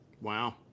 Wow